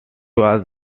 was